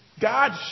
God